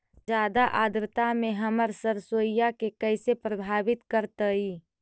जादा आद्रता में हमर सरसोईय के कैसे प्रभावित करतई?